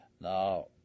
Now